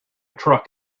truck